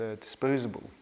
disposable